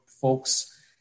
folks